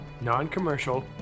non-commercial